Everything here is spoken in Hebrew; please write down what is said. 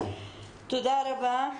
תודה רבה.